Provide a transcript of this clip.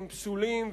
הם פסולים,